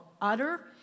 utter